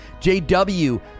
JW